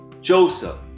Joseph